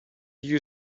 you